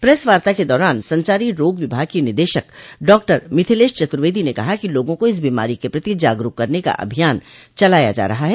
press वार्ता के दौरान सचारी रोग विभाग की निदेशक डॉक्टर मिथिलेश चतुर्वेदी ने कहा कि लोगों को इस बीमारी के प्रति जागरूक करने का अभियान चलाया जा रहा है